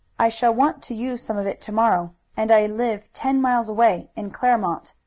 i shall want to use some of it to-morrow, and i live ten miles away in claremont.